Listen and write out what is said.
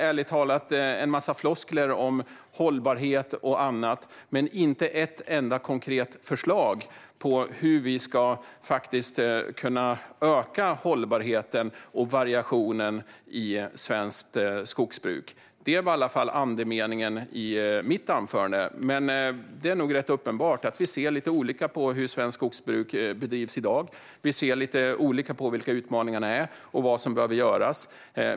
Ärligt talat hör jag en massa floskler om hållbarhet och annat men inte ett enda konkret förslag på hur vi faktiskt ska kunna öka hållbarheten och variationen i svenskt skogsbruk. Det var i alla fall andemeningen i mitt anförande. Det är nog rätt uppenbart att vi ser lite olika på hur svenskt skogsbruk bedrivs i dag. Vi ser lite olika på vilka utmaningarna är och vad som behöver göras.